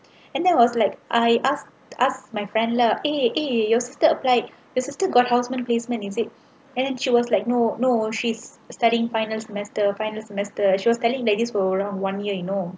and there was like I ask ask my friend lah eh eh your sister applied your sister got houseman placement is it and then she was like no no she's studying final semester final semester she was studying like this for like one year you know